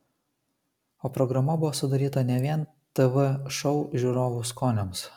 o programa buvo sudaryta ne vien tv šou žiūrovų skoniams